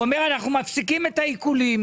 הוא אומר: אנחנו מפסיקים את העיקולים,